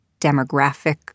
demographic